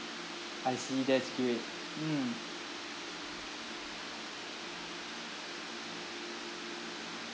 I see that's great mm